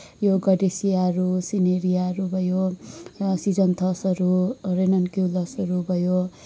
यो गडेसियाहरू सिनेरियाहरू भयो सिजन थसहरू रेनन क्युलसहरू भयो